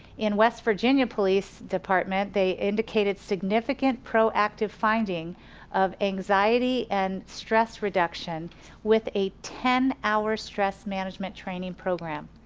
in west virginia police department, they indicated significant proactive finding of anxiety and stress reduction with a ten hour stress management training program.